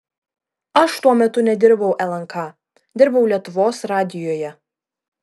aš tuo metu nedirbau lnk dirbau lietuvos radijuje